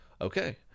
Okay